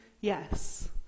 yes